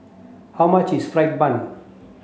how much is fried bun